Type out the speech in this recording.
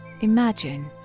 imagine